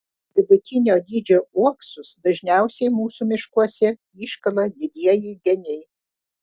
vidutinio dydžio uoksus dažniausiai mūsų miškuose iškala didieji geniai